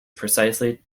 precisely